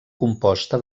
composta